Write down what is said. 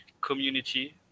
community